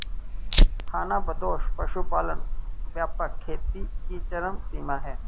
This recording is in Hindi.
खानाबदोश पशुपालन व्यापक खेती की चरम सीमा है